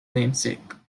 namesake